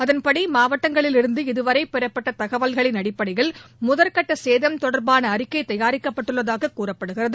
அதன்படி மாவட்டங்களில் இருந்து இதுவரை பெறப்பட்ட தகவல்களின் அடிப்படையில் முதல்கட்ட சேதம் தொடர்பான அறிக்கை தயாரிக்கப்பட்டுள்ளதாக கூறப்படுகிறது